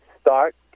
Start